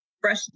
fresh